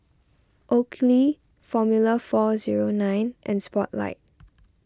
Oakley formula four zero nine and Spotlight